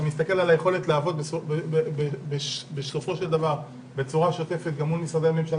אתה מסתכל על היכולת לעבוד בצורה שוטפת מול משרדי הממשלה